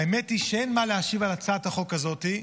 האמת היא שאין מה להשיב על הצעת החוק הזאת.